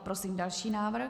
Prosím další návrh.